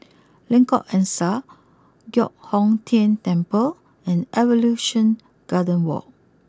Lengkok Angsa Giok Hong Tian Temple and Evolution Garden walk